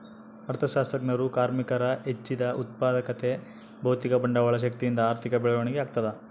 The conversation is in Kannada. ಅರ್ಥಶಾಸ್ತ್ರಜ್ಞರು ಕಾರ್ಮಿಕರ ಹೆಚ್ಚಿದ ಉತ್ಪಾದಕತೆ ಭೌತಿಕ ಬಂಡವಾಳ ಶಕ್ತಿಯಿಂದ ಆರ್ಥಿಕ ಬೆಳವಣಿಗೆ ಆಗ್ತದ